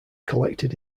collected